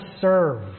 serve